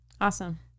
Awesome